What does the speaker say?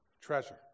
Treasure